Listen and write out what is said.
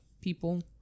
people